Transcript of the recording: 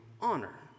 honor